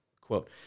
Quote